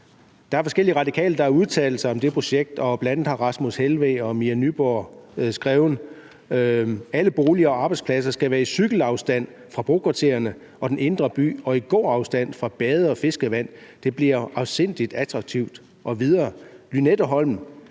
Der er forskellige radikale, der har udtalt sig om det projekt, bl.a. har hr. Rasmus Helveg Petersen og Mia Nyegaard skrevet: Alle boliger og arbejdspladser skal være i cykelafstand fra brokvartererne og den indre by og i gåafstand fra bade- og fiskevand. Det bliver afsindig attraktivt. Og videre er det